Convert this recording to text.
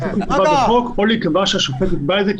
צריך לקבוע בחוק או שנקבע שהשופט יקבע את זה,